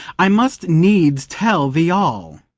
i must needs tell thee all.